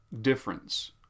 difference